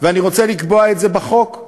ואני רוצה לקבוע את זה בחוק.